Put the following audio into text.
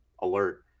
alert